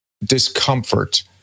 discomfort